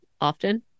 often